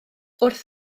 wrth